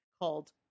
called